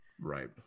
right